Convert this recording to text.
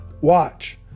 Watch